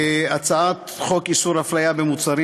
הצעת חוק איסור הפליה במוצרים,